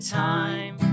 time